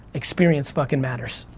experience fucking matters.